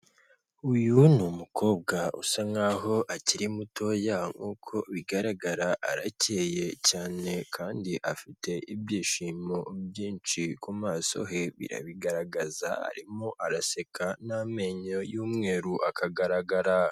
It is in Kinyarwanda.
Uyu ni umukobwa usa nkaho akiri mutoya nkuko bigaragara arakeyeye cyane kandi afite ibyishimo byinshi ku maso he birabigaragaza, arimo araseka n'amenyo y'umweru akagaragara.